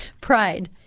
Pride